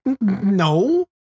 no